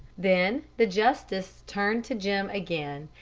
then the justice turned to jim again,